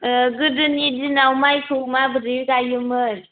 गोदोनि दिनाव मायखौ माबोरै गायोमोन